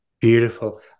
Beautiful